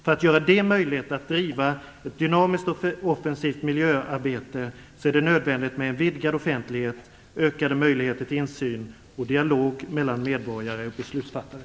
För att göra det möjligt att driva ett dynamiskt och offensivt miljöarbete är det nödvändigt med en vidgad offentlighet, ökade möjligheter till insyn och dialog mellan medborgare och beslutsfattare.